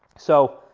so,